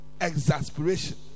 Exasperation